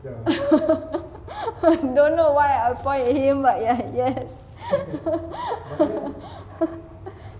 I don't know why I point at him but ya yes